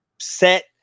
set –